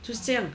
就是这样